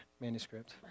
manuscript